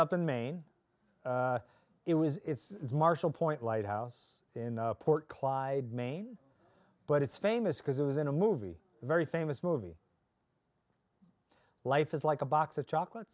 up in maine it was marshall point lighthouse in port clyde maine but it's famous because it was in a movie very famous movie life is like a box of chocolate